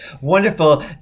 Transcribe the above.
wonderful